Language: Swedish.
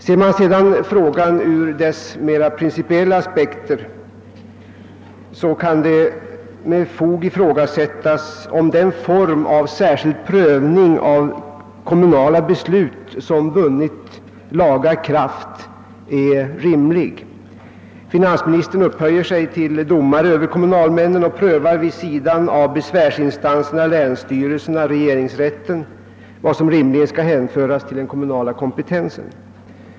Ser man sedan frågan ur dess mera principiella aspekter kan det med fog ifrågasättas, om den form av särskild prövning av kommunala beslut som vunnit laga kraft är rimlig. Finansministern upphöjer sig till domare över kommunalmännen och prövar vid sidan om besvärsinstanserna, länsstyrelserna och regeringsrätten, vad som rimligen skall hänföras till den kommunala kompetensen.